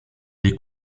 les